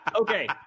Okay